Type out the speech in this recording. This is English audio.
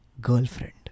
girlfriend